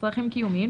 צרכים קיומיים,